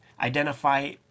identify